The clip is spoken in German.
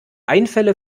einfälle